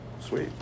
Sweet